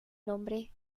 nombre